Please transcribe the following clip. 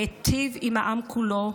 להיטיב עם העם כולו,